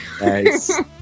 Nice